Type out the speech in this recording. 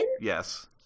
Yes